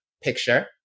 picture